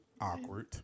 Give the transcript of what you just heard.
awkward